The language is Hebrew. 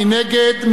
מי נגד?